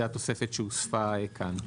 זו התוספת שהוספה כאן.